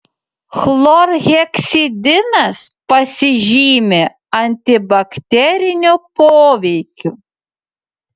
chlorheksidinas pasižymi antibakteriniu poveikiu